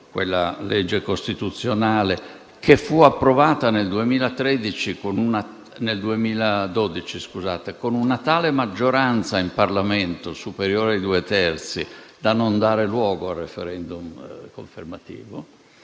quella legge costituzionale che fu approvata nel 2012, con una tale maggioranza in Parlamento, superiore ai due terzi, da non dare luogo a *referendum* confermativo